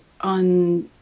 on